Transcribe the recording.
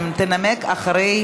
אין נמנעים.